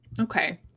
Okay